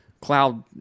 cloud